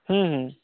हूँ हूँ